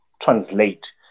translate